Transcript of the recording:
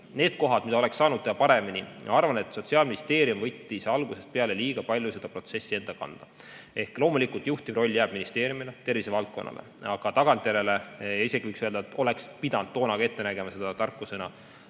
Need on asjad, mida oleks saanud teha paremini. Ma arvan ka, et Sotsiaalministeerium võttis algusest peale liiga palju seda protsessi enda kanda. Loomulikult juhtiv roll jääb ministeeriumile, tervisevaldkonnale, aga tagantjärele võiks öelda, et oleks pidanud juba toona seda paremini